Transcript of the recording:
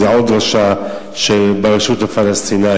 זו עוד דרשה ברשות הפלסטינית.